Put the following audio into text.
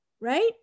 right